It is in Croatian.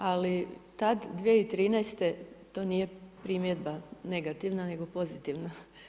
Ali tad 2013. to nije primjedba negativna, nego pozitivna.